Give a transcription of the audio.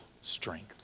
strength